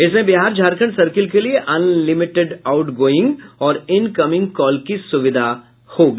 इसमें बिहार झारखंड सर्किल के लिए अन्यलिमिटेड आउटगोइंग और इनकमिंग कॉल की सुविधा होगी